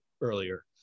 earlier